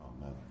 Amen